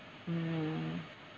mm